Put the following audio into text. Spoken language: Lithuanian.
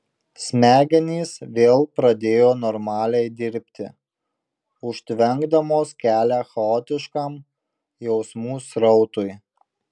smegenys vėl pradėjo normaliai dirbti užtvenkdamos kelią chaotiškam jausmų srautui